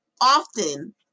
often